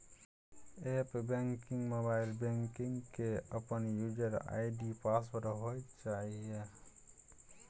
app banking, mobile banking के अपन user ID password होय चाहिए